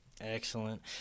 excellent